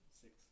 Six